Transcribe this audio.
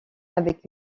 avec